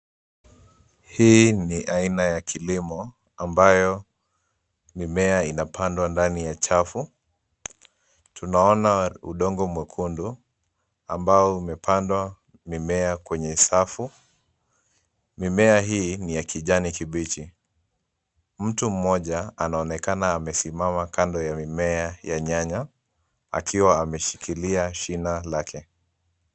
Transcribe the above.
Hii ni aina ya kilimo ambayo mimea inapandwa ndani ya chafu. Tunaona udongo mwekundu ambao umepandwa mimea kwenye safu. Mimea hii ni ya kijani kibichi. Mtu mmoja anaonekana amesimama kando ya mimea ya nyanya akiwa ameshikilia shina lake.